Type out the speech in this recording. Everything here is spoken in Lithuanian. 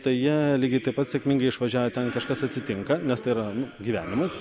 tai jie lygiai taip pat sėkmingai išvažiavę ten kažkas atsitinka nes tai yra nu gyvenimas